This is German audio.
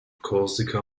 korsika